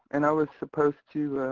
and i was supposed to,